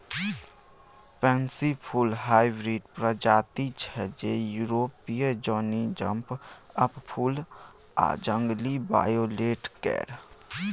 pansy फुल hybrid प्रजाति छै जे युरोपीय जौनी जंप अप फुल आ जंगली वायोलेट केर